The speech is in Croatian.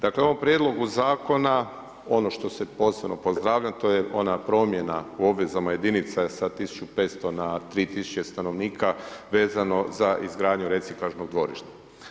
Dakle u ovom prijedlogu zakona ono što se posebno pozdravlja to je ona promjena u obvezama jedinica sa 1500 na 3000 stanovnika, vezano za izgradnju reciklažnog dvorišta.